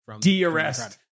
De-arrest